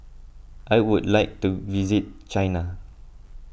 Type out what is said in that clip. I would like to visit China